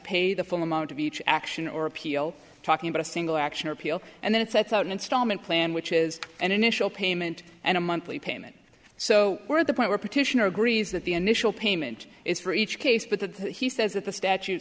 pay the full amount of each action or appeal talking about a single action or appeal and then it sets out an installment plan which is an initial payment and a monthly payment so we're at the point where petitioner agrees that the initial payment is for each case but that he says that the statute